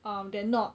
um they are not